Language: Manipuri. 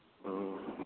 ꯑ